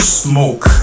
smoke